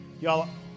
Y'all